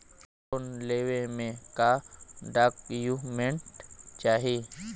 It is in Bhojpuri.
लोन लेवे मे का डॉक्यूमेंट चाही?